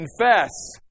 confess